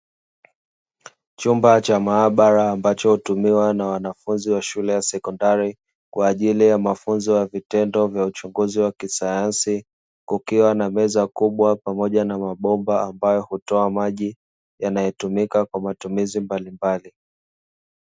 Chumba cha maabara ambacho hutumiwa na wanafunzi wa shule ya sekondari kwa ajili ya mafunzo ya vitendo na uchunguzi wa kisayansi, kukiwa na meza kubwa pamoja na mabomba ambayo hutoa maji yanayotumika kwa matumizi mbalimbali.